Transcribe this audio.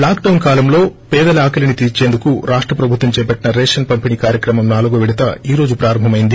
lockdown కాలంలో పేదల ఆకలిని తీర్చేందుకు రాష్ట ప్రభుత్వం చేపట్టిన రేషన్ పంపిణీ కార్యక్రమం నాలుగో విడత ఈ రోజు ప్రారంభమైంది